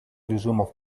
режимов